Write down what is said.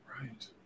right